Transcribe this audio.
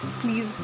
please